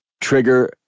trigger